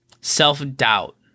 Self-doubt